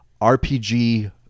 RPG